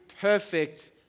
perfect